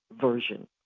version